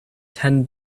ten